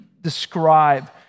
describe